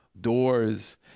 doors